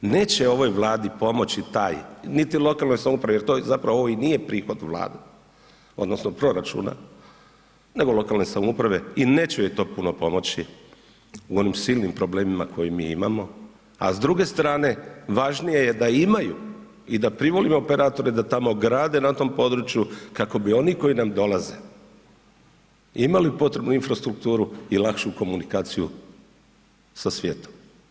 Neće ovoj Vladi pomoći taj, niti lokalnoj samoupravi jer to zapravo ovo i nije prihod Vlade, odnosno proračuna, nego lokalne samouprave i neće joj to puno pomoći u onim silnim problemima koje mi imamo, a s druge strane, važnije je da imaju i da privolimo operatore da tamo grade na tom području kako bi oni koji nam dolaze imali potrebnu infrastrukturu i lakšu komunikaciju sa svijetom.